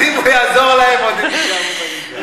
אז אם הוא יעזור להם, הן עוד יישארו בליגה.